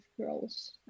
girls